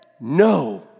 No